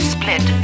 Split